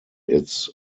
its